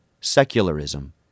Secularism